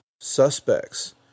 suspects